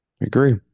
Agree